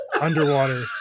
underwater